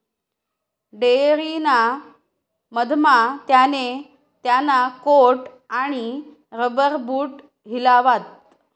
dairy ना मधमा त्याने त्याना कोट आणि रबर बूट हिलावात